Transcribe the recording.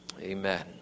Amen